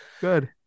Good